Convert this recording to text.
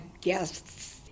guests